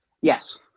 yes